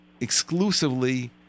exclusively